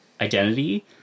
identity